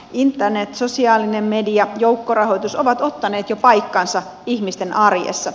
internet sosiaalinen media joukkorahoitus ovat ottaneet jo paikkansa ihmisten arjessa